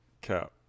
Cap